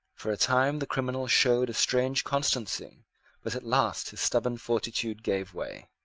for a time the criminal showed a strange constancy but at last his stubborn fortitude gave way.